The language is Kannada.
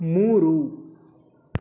ಮೂರು